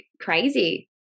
crazy